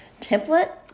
template